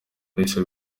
maurice